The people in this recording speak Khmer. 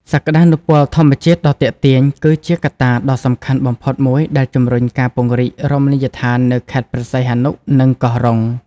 សក្តានុពលធម្មជាតិដ៏ទាក់ទាញ គឺជាកត្តាដ៏សំខាន់បំផុតមួយដែលជំរុញការពង្រីករមណីយដ្ឋាននៅខេត្តព្រះសីហនុ និងកោះរ៉ុង។